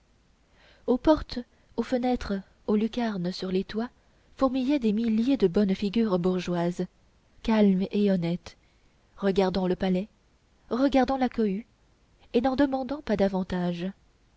aux portes aux fenêtres aux lucarnes sur les toits fourmillaient des milliers de bonnes figures bourgeoises calmes et honnêtes regardant le palais regardant la cohue et n'en demandant pas davantage